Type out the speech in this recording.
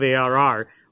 ARR